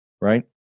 right